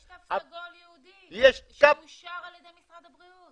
יש תו סגול ייעודי שאושר על-ידי משרד הבריאות.